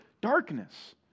darkness